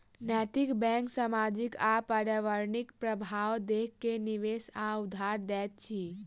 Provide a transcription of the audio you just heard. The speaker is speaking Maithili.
नैतिक बैंक सामाजिक आ पर्यावरणिक प्रभाव देख के निवेश वा उधार दैत अछि